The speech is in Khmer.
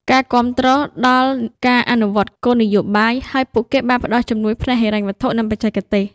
ការគាំទ្រដល់ការអនុវត្តគោលនយោបាយ ហើយពួកគេបានផ្តល់ជំនួយផ្នែកហិរញ្ញវត្ថុ និងបច្ចេកទេស។